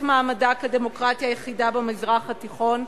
מעמדה כדמוקרטיה היחידה במזרח התיכון,